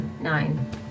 Nine